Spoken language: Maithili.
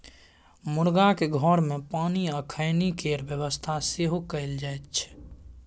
मुरगाक घर मे पानि आ खेनाइ केर बेबस्था सेहो कएल जाइत छै